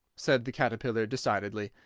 said the caterpillar, decidedly,